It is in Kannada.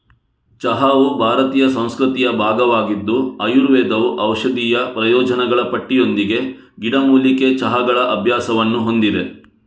ಚಹಾವು ಭಾರತೀಯ ಸಂಸ್ಕೃತಿಯ ಭಾಗವಾಗಿದ್ದು ಆಯುರ್ವೇದವು ಔಷಧೀಯ ಪ್ರಯೋಜನಗಳ ಪಟ್ಟಿಯೊಂದಿಗೆ ಗಿಡಮೂಲಿಕೆ ಚಹಾಗಳ ಅಭ್ಯಾಸವನ್ನು ಹೊಂದಿದೆ